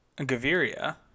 Gaviria